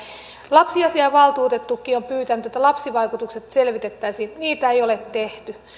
lapsiasiavaltuutettukin on pyytänyt että lapsivaikutukset selvitettäisiin niitä ei ole tehty